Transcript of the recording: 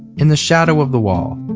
in the shadow of the wall,